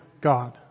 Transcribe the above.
God